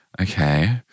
okay